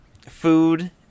food